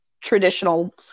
traditional